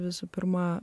visų pirma